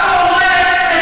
אתה הורס,